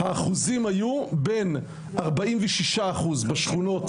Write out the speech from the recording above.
האחוזים היו בין ארבעים ושישה אחוז בשכונות